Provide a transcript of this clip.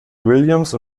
williams